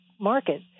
market